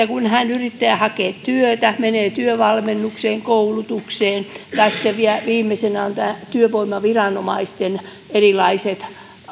kun hän yrittää hakea työtä menee työvalmennukseen koulutukseen tai sitten vielä viimeisenä on nämä työvoimaviranomaisten erilaiset